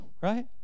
right